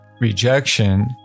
rejection